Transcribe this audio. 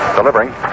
Delivering